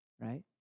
right